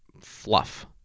fluff